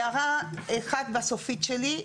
הערה אחת סופית שלי.